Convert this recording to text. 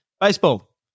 baseball